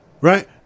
Right